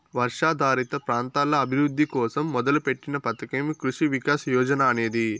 వర్షాధారిత ప్రాంతాల అభివృద్ధి కోసం మొదలుపెట్టిన పథకమే కృషి వికాస్ యోజన అనేది